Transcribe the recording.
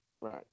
Right